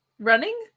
running